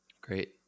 Great